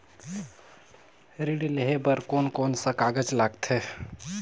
घर ऋण लेहे बार कोन कोन सा कागज लगथे?